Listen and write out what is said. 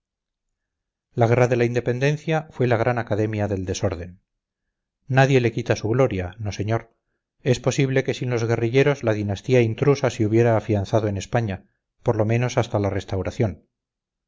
la guerra de la independencia fue la gran academia del desorden nadie le quita su gloria no señor es posible que sin los guerrilleros la dinastía intrusa se hubiera afianzado en españa por lo menos hasta la restauración